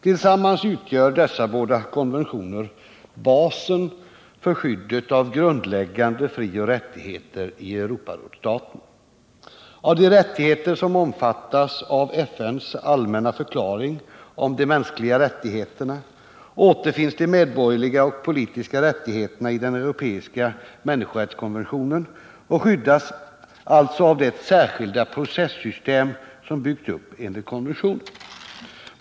Tillsammans utgör dessa båda konventioner basen för skyddet av grundläggande frioch rättigheter i Europarådsstaterna. Av de rättigheter som omfattas av FN:s allmänna förklaring om de mänskliga rättigheterna återfinns de medborgerliga och politiska rättigheterna i den europeiska människorättskonventionen och skyddas alltså av det särskilda processystem som byggts upp enligt konventionen.